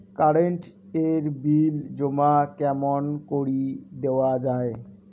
Current এর bill জমা কেমন করি দেওয়া যায়?